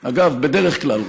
אגב, בדרך כלל ריק.